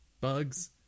bugs